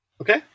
Okay